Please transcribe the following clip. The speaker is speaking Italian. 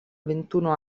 ventuno